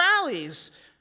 rallies